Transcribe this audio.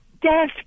Death